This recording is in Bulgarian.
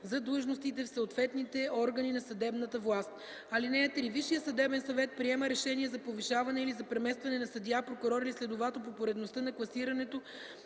за длъжностите в съответните органи на съдебната власт. (3) Висшият съдебен съвет приема решение за повишаване или за преместване на съдия, прокурор или следовател по поредността на класирането